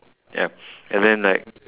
yup and then like